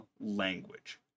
language